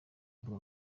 mbuga